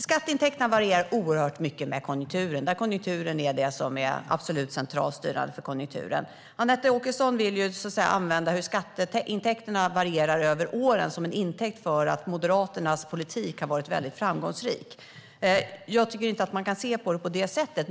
Skatteintäkterna varierar oerhört mycket med konjunkturen. Konjunkturen är det som är absolut centralt styrande för skatteintäkterna. Anette Åkesson vill ta det faktum hur skatteintäkterna varierar över åren som intäkt för att Moderaternas politik har varit väldigt framgångsrik. Jag tycker inte att man kan se på det på det sättet.